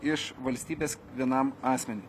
iš valstybės vienam asmeniui